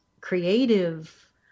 creative